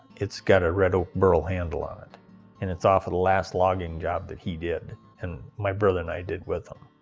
it's got a red oak burl handle on it and it's off of the last logging job that he did and my brother and i did with him.